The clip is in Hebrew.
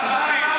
עזוב,